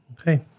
Okay